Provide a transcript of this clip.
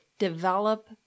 develop